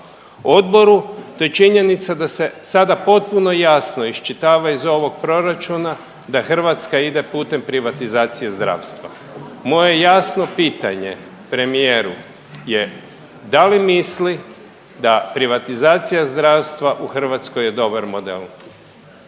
Odboru, to je činjenica da se sada potpuno jasno iščitava iz ovog proračuna da Hrvatska ide putem privatizacije zdravstva. Moje jasno pitanje premijeru je da li misli da privatizacija zdravstva u Hrvatskoj je dobar model?